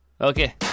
Okay